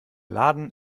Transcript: laden